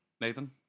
Nathan